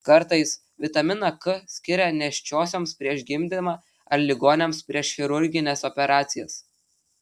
kartais vitaminą k skiria nėščiosioms prieš gimdymą ar ligoniams prieš chirurgines operacijas